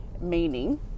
meaning